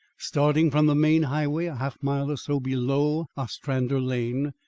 starting from the main highway a half mile or so below ostrander lane,